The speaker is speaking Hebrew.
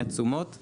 מה